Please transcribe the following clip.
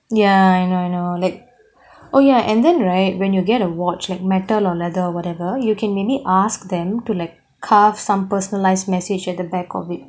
ya I know I know like oh ya and then right when you get to watch like metal or leather or whatever you can maybe ask them to like carve some personalised message at the back of it